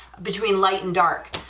between light and dark,